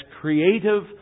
creative